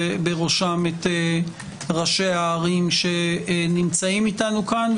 בראשם את ראשי הערים שנמצאים איתנו כאן,